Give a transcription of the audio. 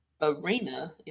arena